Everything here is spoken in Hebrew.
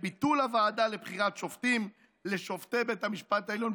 את ביטול הוועדה לבחירת שופטים לשופטי בית המשפט העליון,